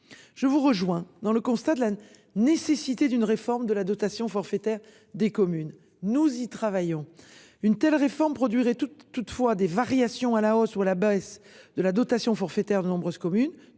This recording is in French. Je vous rejoint dans le constat de la nécessité d'une réforme de la dotation forfaitaire des communes, nous y travaillons. Une telle réforme produire et tout. Toutefois, des variations à la hausse ou à la baisse de la dotation forfaitaire de nombreuses communes